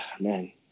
man